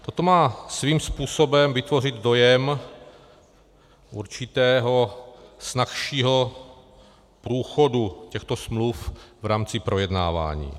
Toto má svým způsobem vytvořit dojem určitého snazšího průchodu těchto smluv v rámci projednávání.